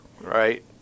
right